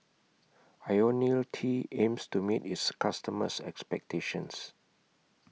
Ionil T aims to meet its customers' expectations